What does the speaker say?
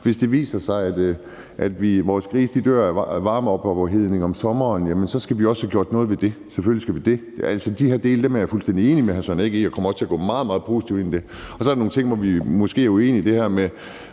hvis det viser sig, at vores grise dør af overophedning om sommeren, så skal vi også have gjort noget ved det – selvfølgelig. De her dele er jeg fuldstændig enig med hr. Søren Egge Rasmussen i, og jeg kommer også til at gå meget, meget positivt ind i det. Så er der nogle ting, hvor vi måske er uenige, f.eks. det her med,